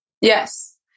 Yes